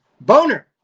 Boner